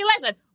listen